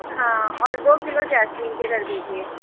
हाँ और दो किलो जैस्मिन भी कर दीजिए